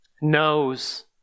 knows